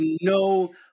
no